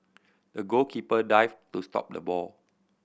the goalkeeper dived to stop the ball